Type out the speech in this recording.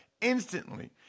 instantly